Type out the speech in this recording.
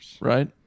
Right